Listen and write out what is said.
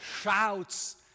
shouts